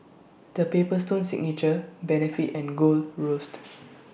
The Paper Stone Signature Benefit and Gold Roast